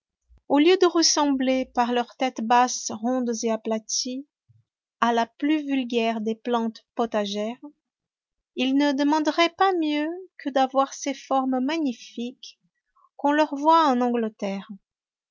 au lieu de ressembler par leurs têtes basses rondes et aplaties à la plus vulgaire des plantes potagères ils ne demanderaient pas mieux que d'avoir ces formes magnifiques qu'on leur voit en angleterre